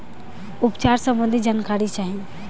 उपचार सबंधी जानकारी चाही?